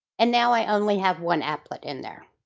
and now i only have one app put in there.